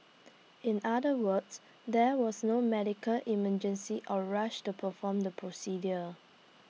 in other words there was no medical emergency or rush to perform the procedure